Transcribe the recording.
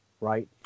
right